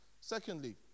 Secondly